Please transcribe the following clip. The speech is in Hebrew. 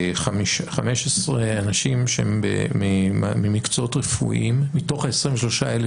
כ-715 אנשים שהם ממקצועות רפואיים מתוך 23,000